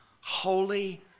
holy